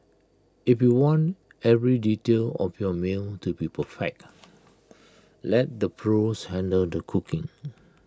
if you want every detail of your meal to be perfect let the pros handle the cooking